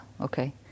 okay